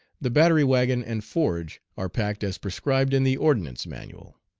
the battery wagon and forge are packed as prescribed in the ordnance manual.